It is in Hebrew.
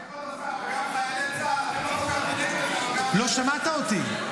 כבוד השר, גם חיילי צה"ל --- לא שמעת אותי.